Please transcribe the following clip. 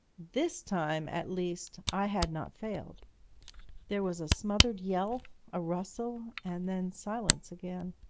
this time at least i had not failed there was a smothered yell, a rustle and then silence again.